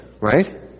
right